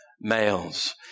males